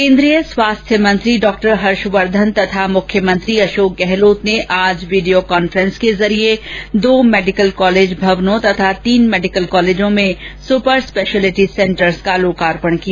केंद्रीय स्वास्थ्य मंत्री डॉक्टर हर्षवर्धन तथा मुख्यमंत्री अशोक गहलोत ने आज वीडियो कॉन्फ्रेंस के जरिये दो मेडिकल कॉलेज भवनों तथा तीन मेडिकल कॉलेजों में सुपर स्पेशियलिटी सेंटरों का लोकार्पण किया